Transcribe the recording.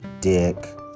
dick